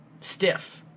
stiff